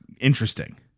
interesting